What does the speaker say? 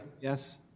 Yes